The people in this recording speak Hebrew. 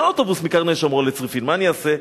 אין אוטובוס מקרני-שומרון לצריפין, מה אני אעשה?